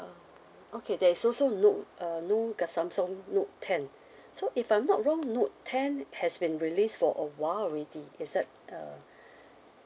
okay there's also note uh note the samsung note ten so if I'm not wrong note ten has been released for awhile already is that uh